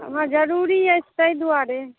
हमरा जरूरी अछि ताहि दुआरे